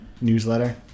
newsletter